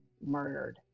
murdered